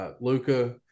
Luca